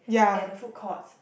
at the food courts